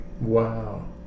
Wow